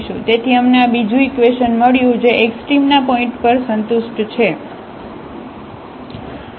તેથી અમને આ બીજું ઇકવેશન મળ્યું જે એક્સ્ટ્રીમના પોઇન્ટ પર સંતુષ્ટ છે